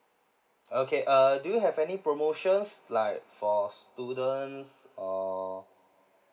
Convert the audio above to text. okay err do you have any promotions like for students or